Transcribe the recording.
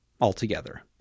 altogether